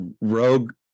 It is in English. rogue